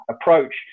approach